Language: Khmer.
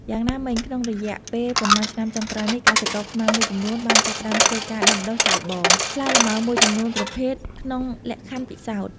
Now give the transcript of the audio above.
យ៉ាងណាមិញ ក្នុងរយៈពេលប៉ុន្មានឆ្នាំចុងក្រោយនេះ កសិករខ្មែរមួយចំនួនបានចាប់ផ្តើមធ្វើការ ដាំដុះសាកល្បង ផ្លែលម៉ើមួយចំនួនប្រភេទក្នុងលក្ខខណ្ឌពិសោធន៍។